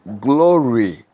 glory